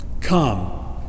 come